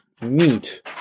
Meat